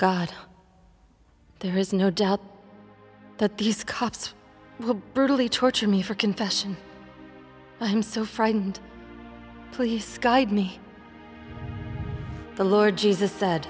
god there is no doubt that these cuts the brutally tortured me for confession i'm so frightened please guide me the lord jesus said